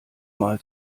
mal